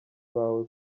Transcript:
wawe